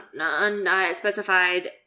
unspecified